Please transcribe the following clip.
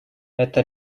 это